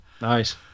Nice